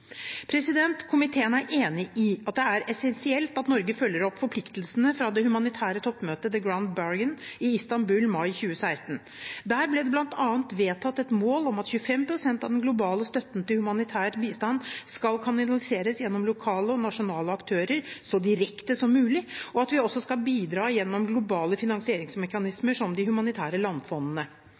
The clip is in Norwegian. Komiteen er enig i at det er essensielt at Norge følger opp forpliktelsene fra det humanitære toppmøtet The Grand Bargain i Istanbul i mai 2016. Der ble det bl.a. vedtatt et mål om at 25 pst. av den globale støtten til humanitær bistand skal kanaliseres gjennom lokale og nasjonale aktører så direkte som mulig, og at vi også skal bidra gjennom globale finansieringsmekanismer som de humanitære landfondene.